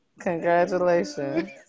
congratulations